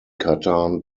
cartan